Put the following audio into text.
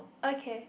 okay